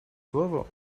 слово